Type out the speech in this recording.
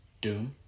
doom